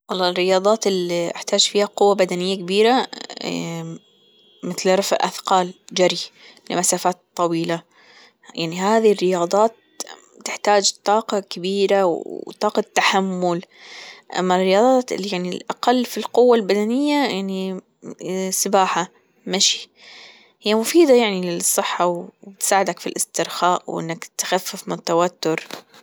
والله الرياضات اللي احتاج فيها قوة بدنية كبيرة مثل رفع أثقال جري لمسافات طويلة يعني هذي الرياضات تحتاج طاقة كبيرة وطاقة تحمل أما الرياضات اللي يعني الأقل في القوة البدنية يعني سباحة مشي هي مفيدة يعني للصحة وبتساعدك في الإسترخاء وإنك تخفف من توتر.